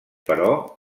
però